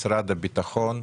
משרד הביטחון?